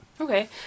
Okay